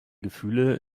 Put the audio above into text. gefühle